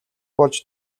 болж